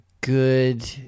good